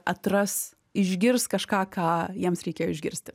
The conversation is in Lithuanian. atras išgirs kažką ką jiems reikėjo išgirsti